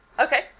Okay